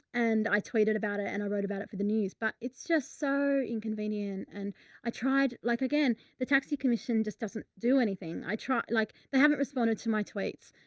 and i tweeted about it and i wrote about it for the news, but it's just so inconvenient. and i tried, like, again, the taxi commission just doesn't do anything. i try, like, they haven't responded to my tweets.